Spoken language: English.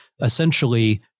essentially